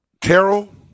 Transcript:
Terrell